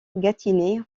gâtinais